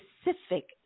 specific